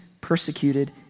persecuted